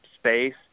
space